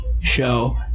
show